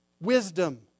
Wisdom